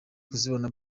kuzibona